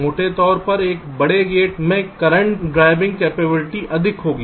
मोटे तौर पर एक बड़े गेट मैं करंट ड्राइविंग क्षमता अधिक होगी